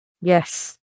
Yes